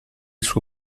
suo